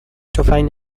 تفنگ